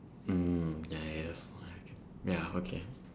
mm ya ya yes ya okay